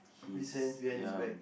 his hands behind his back